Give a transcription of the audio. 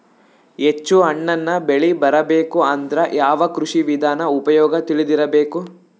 ಹೆಚ್ಚು ಹಣ್ಣನ್ನ ಬೆಳಿ ಬರಬೇಕು ಅಂದ್ರ ಯಾವ ಕೃಷಿ ವಿಧಾನ ಉಪಯೋಗ ತಿಳಿದಿರಬೇಕು?